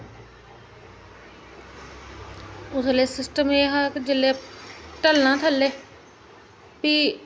उसलै सिस्टम एह् हा कि जेल्लै ढलना थ'ल्ले फ्ही